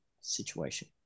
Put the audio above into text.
situation